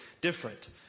different